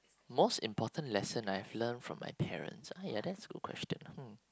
most important lesson I have learnt from my parents ah ya that's a good question hmm